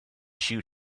shoot